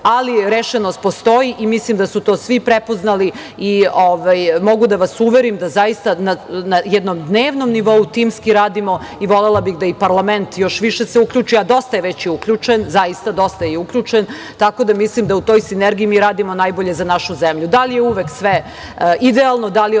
ali rešenost postoji i mislim da su to svi prepoznali. Mogu da vas uverim da na jednom dnevnom nivou timski radimo i volela bih da se i parlament još više uključi, a dosta je već uključen, zaista, dosta je i uključen, tako da mislim da u toj sinergiji mi radimo najbolje za našu zemlju. Da li je uvek sve idealno,